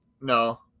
No